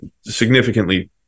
significantly